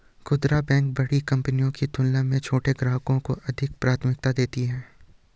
खूदरा बैंक बड़ी कंपनियों की तुलना में छोटे ग्राहकों को अधिक प्राथमिकता देती हैं